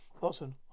Watson